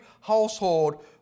household